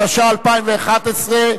התשע"א 2011,